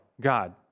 God